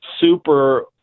super